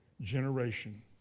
generation